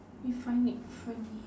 you find it funny